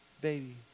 Baby